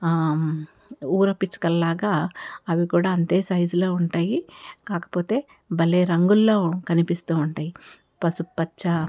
ఊర పిచ్చుకల్లాగా అవి కూడా అంతే సైజులో ఉంటాయి కాకపోతే భలే రంగుల్లో కనిపిస్తూ ఉంటాయి పసుపుపచ్చ